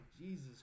Jesus